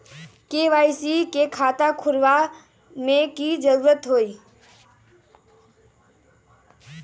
KYC के खाता खुलवा में की जरूरी होई?